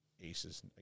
aces